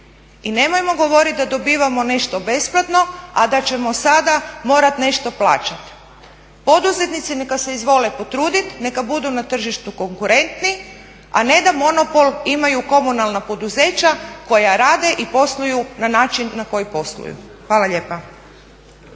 I nemojmo govoriti da dobivamo nešto besplatno a da ćemo sada morati nešto plaćati. Poduzetnici neka se izvole potruditi, neka budu na tržištu konkurentni a ne da monopol imaju komunalna poduzeća koja rade i posluju na način na koji posluju. Hvala lijepa.